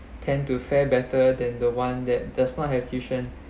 tend to fare better than the one that does not have tuition